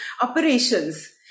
operations